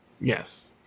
Yes